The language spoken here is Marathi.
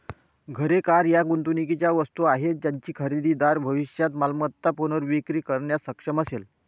घरे, कार या गुंतवणुकीच्या वस्तू आहेत ज्याची खरेदीदार भविष्यात मालमत्ता पुनर्विक्री करण्यास सक्षम असेल